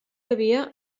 havia